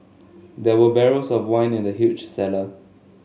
there were barrels of wine in the huge cellar